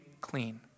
clean